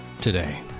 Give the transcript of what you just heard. today